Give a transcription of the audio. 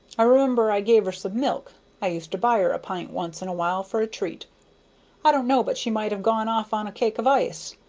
i remember i gave her some milk i used to buy her a pint once in a while for a treat i don't know but she might have gone off on a cake of ice,